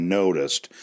noticed